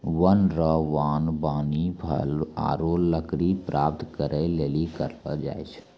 वन रो वागबानी फल आरु लकड़ी प्राप्त करै लेली करलो जाय छै